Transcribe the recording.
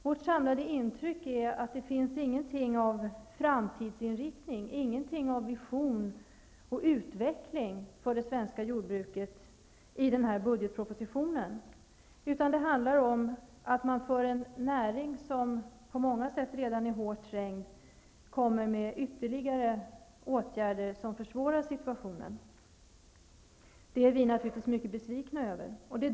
Vårt samlade intryck är att det inte finns något av framtidsinriktning, ingenting av vision och utveckling för det svenska jordbruket i den här budgetpropositionen, utan det handlar om att man för en näring som på många sätt redan är hårt trängd kommer med ytterligare åtgärder som försvårar situationen. Det är vi naturligtvis mycket besvikna över.